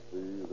See